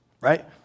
right